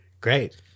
Great